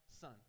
son